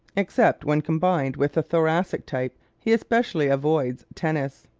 except when combined with the thoracic type he especially avoids tennis.